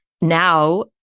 Now